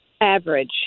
Average